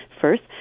first